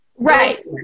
right